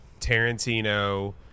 Tarantino